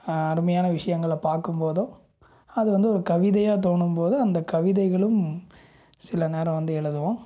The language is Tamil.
அருமையான விஷயங்கள பார்க்கும்போதோ அது வந்து ஒரு கவிதையாக தோணும்போது அந்த கவிதைகளும் சில நேரம் வந்து எழுதுவோம்